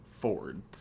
Ford